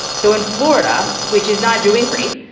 so in florida, which is not doing great.